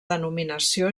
denominació